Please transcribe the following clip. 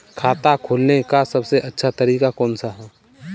खाता खोलने का सबसे अच्छा तरीका कौन सा है?